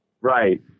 Right